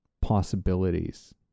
possibilities